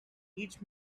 each